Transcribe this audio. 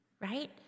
right